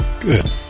Good